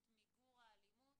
את מיגור האלימות,